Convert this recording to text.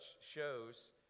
shows